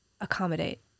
accommodate